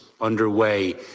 underway